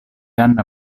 anna